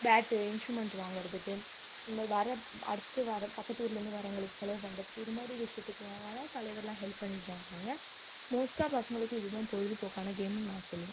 bad instrument வாங்குறதுக்கு இங்கே வர அடுத்து வர பக்கத்து ஊரிலேருந்து வரவங்களுக்கு செலவு பண்ணுறதுக்கு இது மாதிரி விஷயத்துக்குனால் தலைவர்லாம் ஹெல்ப் பண்ணிட்டு தான் இருக்காங்க மோஸ்ட்டாக பசங்களுக்கு இதுதான் பொழுதுபோக்கான கேம்னு நான் சொல்லுவேன்